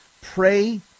pray